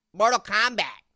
mortal kombat.